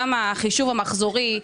גם על החישוב המחזורי,